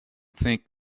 think